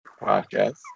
podcast